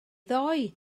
ddoe